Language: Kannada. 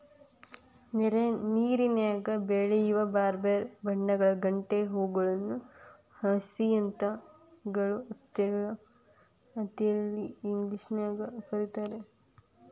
ನೇರನ್ಯಾಗ ಬೆಳಿಯೋ ಬ್ಯಾರ್ಬ್ಯಾರೇ ಬಣ್ಣಗಳ ಗಂಟೆ ಹೂಗಳನ್ನ ಹಯಸಿಂತ್ ಗಳು ಅಂತೇಳಿ ಇಂಗ್ಲೇಷನ್ಯಾಗ್ ಕರೇತಾರ